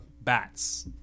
bats